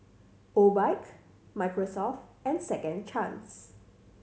Obike Microsoft and Second Chance